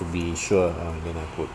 to be sure err then I put